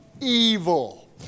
evil